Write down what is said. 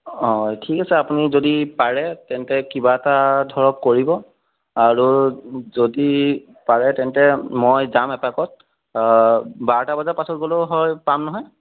অঁ ঠিক আছে আপুনি যদি পাৰে তেন্তে কিবা এটা ধৰক কৰিব আৰু যদি পাৰে তেন্তে মই যাম এপাকত বাৰটা বজাৰ পাছত গ'লেও হয় পাম নহয়